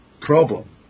problem